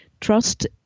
trust